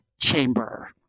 Chamber